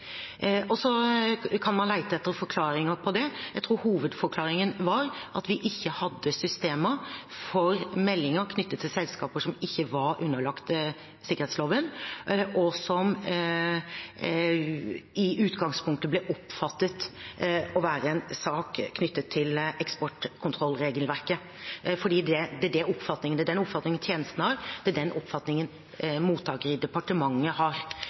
Så kan man lete etter forklaringer på det. Jeg tror hovedforklaringen var at vi ikke hadde systemer for meldinger knyttet til selskaper som ikke var underlagt sikkerhetsloven, og om noe som i utgangspunktet ble oppfattet som å være en sak knyttet til eksportkontrollregelverket, for det var den oppfatningen tjenestene hadde, det var den oppfatningen mottaker i departementet hadde. Så forklaringen er